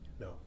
no